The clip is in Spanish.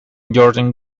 jordan